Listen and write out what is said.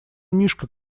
мишка